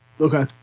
Okay